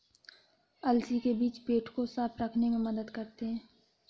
अलसी के बीज पेट को साफ़ रखने में मदद करते है